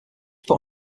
put